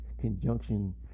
conjunction